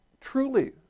truly